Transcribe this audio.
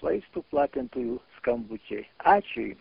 vaistų platintojų skambučiai ačiu